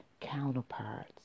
counterparts